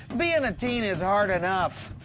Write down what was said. being a teen is hard enough.